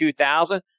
2000